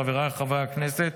חבריי חברי הכנסת,